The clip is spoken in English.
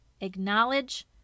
Acknowledge